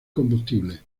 combustible